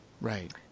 Right